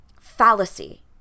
fallacy